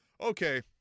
Okay